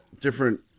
different